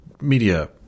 media